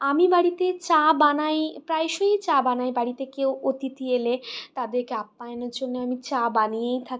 আমি বাড়িতে চা বানাই প্রায়শই চা বানাই বাড়িতে কেউ অতিথি এলে তাদেরকে আপ্যায়ণের জন্য আমি চা বানিয়েই থাকি